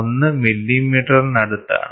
01 മില്ലിമീറ്ററിനടുത്താണ്